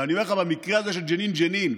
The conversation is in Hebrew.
ואני אומר לך, במקרה הזה של "ג'נין, ג'נין"